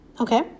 Okay